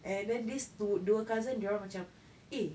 and then this two dua cousin dia orang macam eh